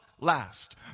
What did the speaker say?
last